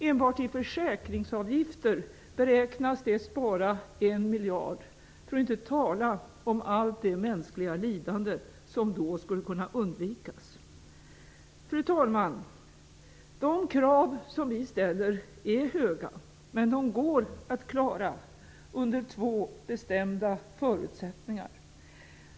Enbart i försäkringsavgifter beräknas det spara en miljard, för att inte tala om allt det mänskliga lidande som då skulle kunna undvikas. Fru talman! De krav som vi ställer är höga, men de går att klara under två bestämda förutsättningar.